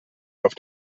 auf